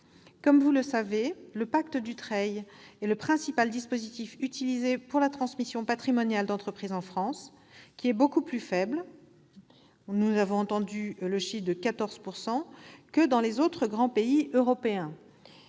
Comme vous le savez, le pacte Dutreil est le principal dispositif utilisé pour la transmission patrimoniale d'entreprises en France. Celle-ci est beaucoup plus faible chez nous- nous avons entendu le chiffre de 14 % -que dans les autres grands pays européens